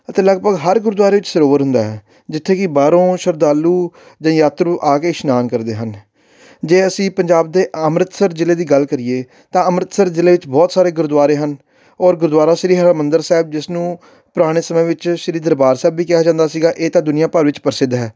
ਇੱਥੇ ਲਗਭਗ ਹਰ ਗੁਰਦੁਆਰੇ ਵਿੱਚ ਸਰੋਵਰ ਹੁੰਦਾ ਹੈ ਜਿੱਥੇ ਕਿ ਬਾਹਰੋਂ ਸ਼ਰਧਾਲੂ ਜਾਂ ਯਾਤਰੂ ਆ ਕੇ ਇਸ਼ਨਾਨ ਕਰਦੇ ਹਨ ਜੇ ਅਸੀਂ ਪੰਜਾਬ ਦੇ ਅੰਮ੍ਰਿਤਸਰ ਜ਼ਿਲ੍ਹੇ ਦੀ ਗੱਲ ਕਰੀਏ ਤਾਂ ਅੰਮ੍ਰਿਤਸਰ ਜਿਲ੍ਹੇ ਵਿੱਚ ਬਹੁਤ ਸਾਰੇ ਗੁਰਦੁਆਰੇ ਹਨ ਔਰ ਗੁਰਦੁਆਰਾ ਸ੍ਰੀ ਹਰਿਮੰਦਰ ਸਾਹਿਬ ਜਿਸਨੂੰ ਪੁਰਾਣੇ ਸਮੇਂ ਵਿੱਚ ਸ਼੍ਰੀ ਦਰਬਾਰ ਸਾਹਿਬ ਵੀ ਕਿਹਾ ਜਾਂਦਾ ਸੀਗਾ ਇਹ ਤਾਂ ਦੁਨੀਆਂ ਭਰ ਵਿੱਚ ਪ੍ਰਸਿੱਧ ਹੈ